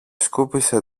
σκούπισε